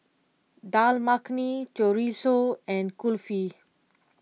Dal Makhani Chorizo and Kulfi